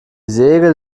segel